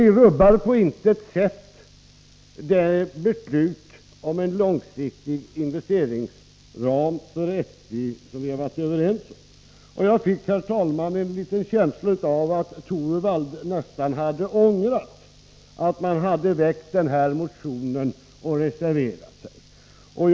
Detta rubbar på intet sätt det beslut om en långsiktig investeringsram för SJ som vi har varit överens om. Jag fick en känsla av att Rune Torwald nästan ångrade att man har väckt motion och reserverat sig.